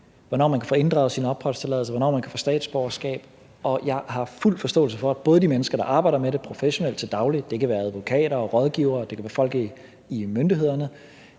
hvornår man kan få inddraget sin opholdstilladelse, og for hvornår man kan få statsborgerskab. Og jeg har fuld forståelse for, at både de mennesker, der arbejder med det professionelt til daglig – det kan være advokater, rådgivere, det kan være folk hos myndighederne